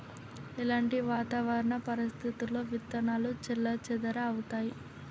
ఎలాంటి వాతావరణ పరిస్థితుల్లో విత్తనాలు చెల్లాచెదరవుతయీ?